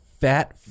fat